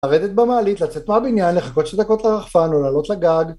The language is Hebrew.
‫לרדת במעלית, לצאת מהבניין, ‫לחכות שתי דקות לרחפן או לעלות לגג.